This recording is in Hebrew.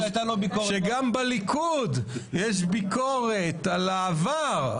שגם בליכוד יש ביקורת על העבר.